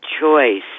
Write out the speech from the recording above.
choice